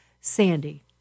Sandy